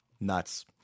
Nuts